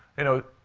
you know,